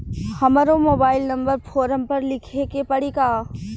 हमरो mobile number forum पर लिखे के पड़ी का?